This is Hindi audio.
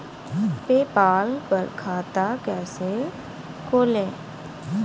पेपाल पर खाता कैसे खोलें?